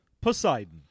Poseidon